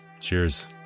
Cheers